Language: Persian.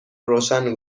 روشن